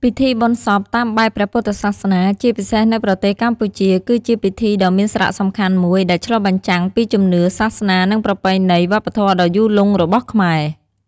ពិធីបុណ្យសពតាមបែបព្រះពុទ្ធសាសនា ជាពិសេសនៅប្រទេសកម្ពុជា គឺជាពិធីដ៏មានសារៈសំខាន់មួយ ដែលឆ្លុះបញ្ចាំងពីជំនឿ សាសនា និងប្រពៃណីវប្បធម៌ដ៏យូរលង់របស់ខ្មែរ។